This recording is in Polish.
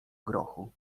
grochu